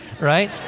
right